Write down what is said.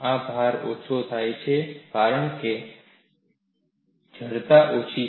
આ ભાર ઓછો થયો છે કારણ કે જડતા ઓછી છે